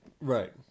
Right